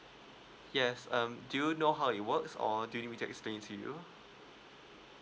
yes um do you know how it works or do you need me to explain it to you